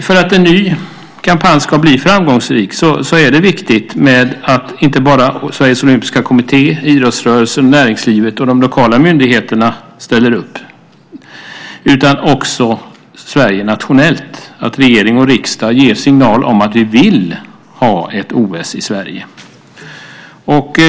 För att en ny kampanj ska bli framgångsrik är det viktigt att inte bara Sveriges Olympiska Kommitté, idrottsrörelsen, näringslivet och de lokala myndigheterna ställer upp utan också Sverige nationellt, att regering och riksdag ger signaler om att vi vill ha ett OS i Sverige.